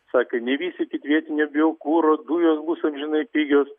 sakė nevystykit vietinio biokuro dujos bus amžinai pigios